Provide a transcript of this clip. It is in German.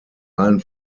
allen